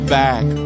back